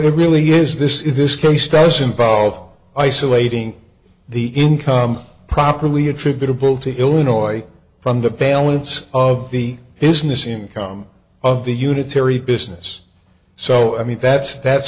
it really is this is this case that's involved isolating the income properly attributable to illinois from the balance of the his miss income of the unitary business so i mean that's that's